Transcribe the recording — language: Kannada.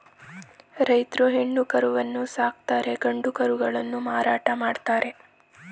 ರೈತ್ರು ಹೆಣ್ಣು ಕರುವನ್ನು ಸಾಕುತ್ತಾರೆ ಗಂಡು ಕರುಗಳನ್ನು ಮಾರಾಟ ಮಾಡ್ತರೆ